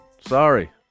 Sorry